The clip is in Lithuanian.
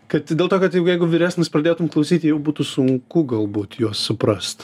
kad dėl to kad jau jeigu vyresnis pradėtum klausyti jau būtų sunku galbūt juos suprast